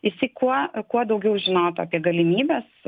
jisai kuo kuo daugiau žinotų apie galimybes